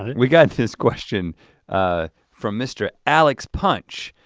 we got this question from mr. alex punch,